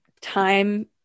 time